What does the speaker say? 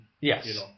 Yes